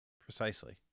Precisely